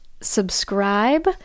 subscribe